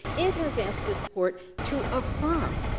it has asked this court to affirm.